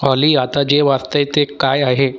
ऑली आता जे वाजत आहे ते काय आहे